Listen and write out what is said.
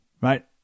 right